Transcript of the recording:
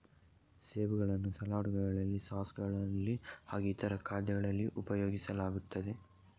ಸೇಬುಗಳನ್ನು ಸಲಾಡ್ ಗಳಲ್ಲಿ ಸಾಸ್ ಗಳಲ್ಲಿ ಹಾಗೂ ಇತರ ಖಾದ್ಯಗಳಲ್ಲಿ ಉಪಯೋಗಿಸಲಾಗುತ್ತದೆ